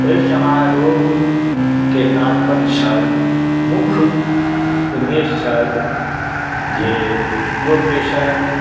ओहि समारोहके तात्पर्य छल मुख्य उद्देश्य छल जे प्रोफेसर